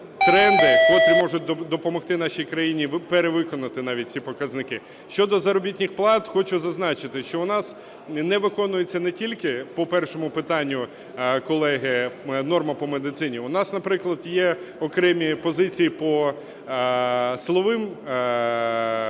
тренди, котрі можуть допомогти нашій країні перевиконати навіть ці показники. Щодо заробітних плат, хочу зазначити, що у нас не виконується не тільки по першому питанню, колеги, норма по медицині. У нас, наприклад, є окремі позиції по силових відомствах,